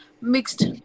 mixed